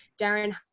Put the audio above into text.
Darren